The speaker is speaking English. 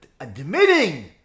admitting